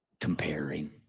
Comparing